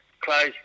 close